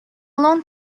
long